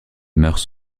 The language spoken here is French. mœurs